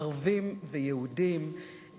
ערבים ויהודים.